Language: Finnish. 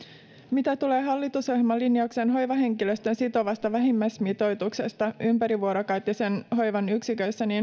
mitä tulee hallitusohjelman linjaukseen hoivahenkilöstön sitovasta vähimmäismitoituksesta ympärivuorokautisen hoivan yksiköissä niin